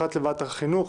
אחת לוועדת החינוך,